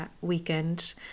weekend